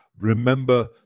Remember